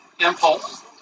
impulse